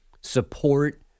support